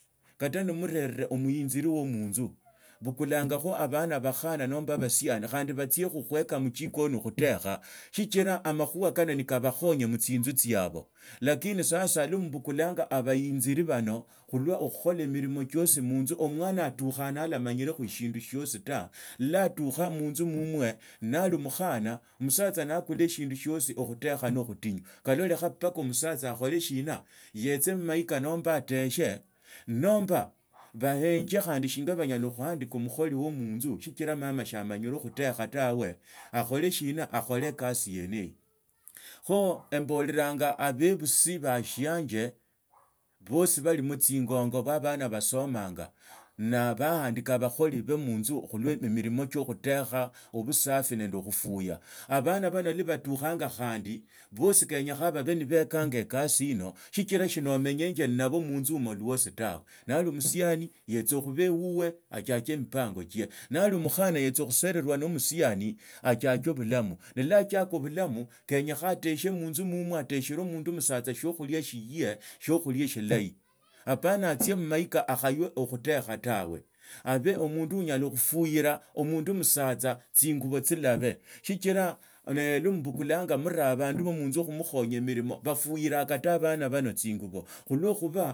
Okhutekha kwa short cut khurali okhutekha kamili tawe anyuma yaho kukhu batakhanga tsimena babukulanga tsimena nebabukula mgongo wazi bakhabukula mugongo wazi beenya khuteekha na tsimena mgongo wazi kulatekhwa kutsokasibwe ne tsimena nibetsa baramo musherekha walukhange nolia nobusuma sololakho omwoyo kukhusiekukhaa nosala tawe lakini khulusa sahino helo abebusi sibaechesianga abana ebindu biene bibi ta abana basmianga kachiranga abana befwe abakhana nende abasiani omwana anyala khustuka omwana omukali na omukhana otsie osome oruree munursery achichia lisomo liakhabili achiake ebilesi yo khurenga mbaka ya munane amale abwene yatsie asome eshisoma shia sekondari arule liokhuranga mbaka liakhane lwa aruraa laa aruraa abwene yakho atsitsa mucollege shiamanyakho eshindu shiosi tawe noheli papa nende mama mnyarirangwa khokhulwa khube mwabandikanga abakholi ba munzu ba batekhanga ebiokhulia mulia omusana omukhana lwa atukhanga atsia mbu yenya okhutekha shiamanyirekho okhutekha eshindu shiosi ta shiumakho shiamanjirekho ta omusatsa naakula tsifwa fulani tsia ateshe shiamanyire tawe haya shinyala khufuka busuma kata bwa abandu banne tawe sichira shi siali siechesibwa tawe.